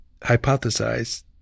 hypothesize